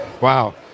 Wow